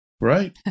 Right